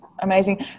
amazing